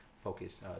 focus